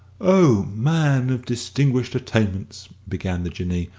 o man of distinguished attainments! began the jinnee,